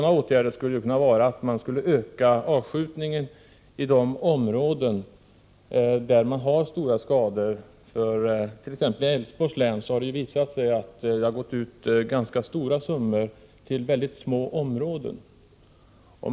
En åtgärd skulle kunna vara att avskjutningen ökas i de områden där skadorna är stora. I t.ex. Älvsborgs län har det utgått ganska stora summor till små områden.